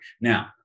Now